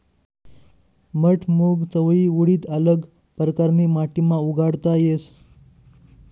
मठ, मूंग, चवयी, उडीद आल्लग परकारनी माटीमा उगाडता येस